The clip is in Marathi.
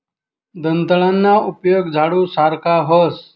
दंताळाना उपेग झाडू सारखा व्हस